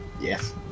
Yes